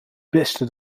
beste